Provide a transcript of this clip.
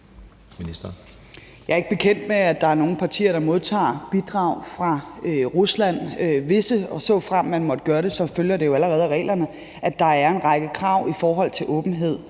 Jeg er ikke bekendt med, at der er nogle partier, der modtager bidrag fra Rusland. Hvis og såfremt man måtte gøre det, følger det jo allerede af reglerne, at der er en række krav i forhold til åbenhed